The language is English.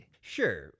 Sure